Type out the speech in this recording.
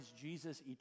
Jesus